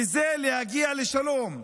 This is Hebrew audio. וזה להגיע לשלום.